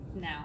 now